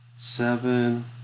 Seven